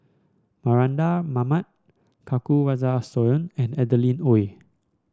Mardan Mamat Kanwaljit Soin and Adeline Ooi